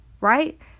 right